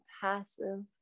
passive